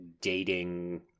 dating